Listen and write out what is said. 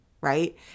right